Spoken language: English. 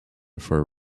for